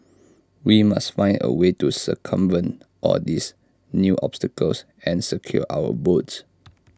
we must find A way to circumvent all these new obstacles and secure our votes